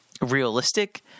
realistic